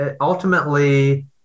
ultimately